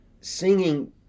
singing